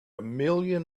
million